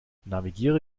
navigiere